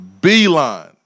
beeline